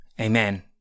Amen